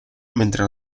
mentre